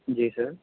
جی سر